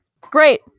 Great